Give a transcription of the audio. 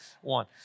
one